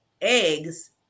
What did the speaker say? eggs